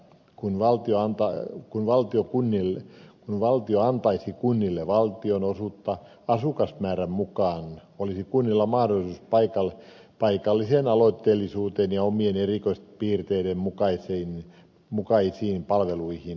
kun valtio antaisi kunnille valtionosuutta asukasmäärän mukaan olisi kunnilla mahdollisuus paikalliseen aloitteellisuuteen ja omien erikoispiirteiden mukaisiin palveluihin